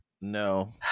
No